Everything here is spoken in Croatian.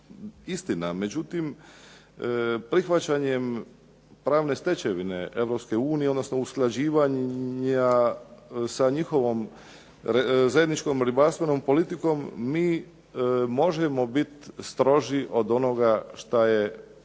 međutim prihvaćanjem pravne stečevine Europske unije, odnosno usklađivanja sa njihovom zajedničkom ribarstvenom politikom mi možemo biti stroži od onoga šta je